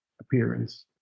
appearance